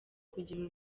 kugira